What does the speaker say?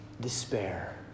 despair